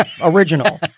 Original